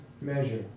measure